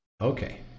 okay